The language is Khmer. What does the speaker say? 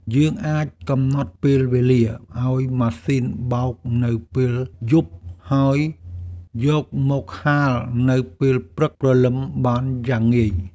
យើងអាចកំណត់ពេលវេលាឱ្យម៉ាស៊ីនបោកនៅពេលយប់ ហើយយកមកហាលនៅពេលព្រឹកព្រលឹមបានយ៉ាងងាយ។